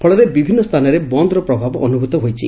ଫଳରେ ବିଭିନ୍ନ ସ୍ଚାନରେ ବନ୍ଦର ପ୍ରଭାବ ଅନୁଭ୍ତ ହୋଇଛି